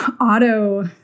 auto